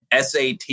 sat